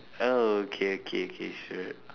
oh okay okay okay sure